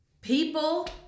people